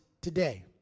today